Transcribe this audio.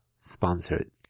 sponsored